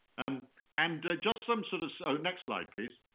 um and just some sort of so next slide, please.